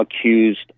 accused